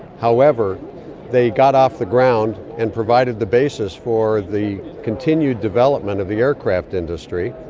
however they got off the ground and provided the basis for the continued development of the aircraft industry.